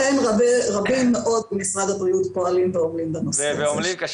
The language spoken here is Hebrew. מאוד בנושא הזה.